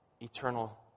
eternal